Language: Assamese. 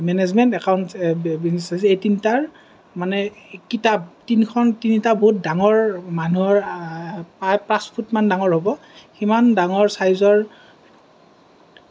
মেনেজমেন্ট একাউন্ট বিজনেছ ষ্টাডিছ এই তিনিটাৰ মানে কিতাপ তিনিখন তিনিটা বহুত ডাঙৰ মানুহৰ প্ৰায় পাঁচ ফুটমান ডাঙৰ হ'ব সিমান ডাঙৰ ছাইজৰ